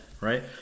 right